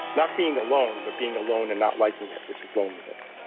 not being alone, but being alone and not liking it, which is loneliness.